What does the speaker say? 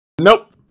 Nope